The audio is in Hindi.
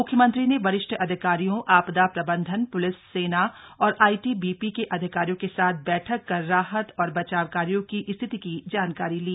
मुख्यमंत्री ने वरिष्ठ अधिकारियों आपदा प्रबंधन पुलिस सेना और आईटीबीपी के अधिकारियों के साथ बैठक कर राहत और बचाव कार्यों की स्थिति की जानकारी ली